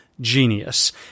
genius